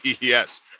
Yes